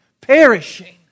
Perishing